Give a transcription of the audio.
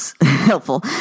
helpful